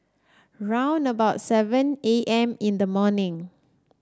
round about seven A M in the morning